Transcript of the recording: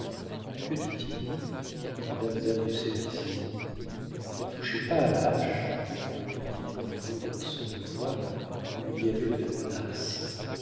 que dit-il demanda madame de sérizy ne touchez pas à la hache répondit montriveau d'un son de voix où il y avait de la menace